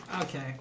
Okay